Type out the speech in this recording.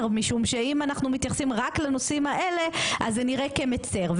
משום שאם אנחנו מתייחסים רק לנושאים האלה אז זה נראה כמצר.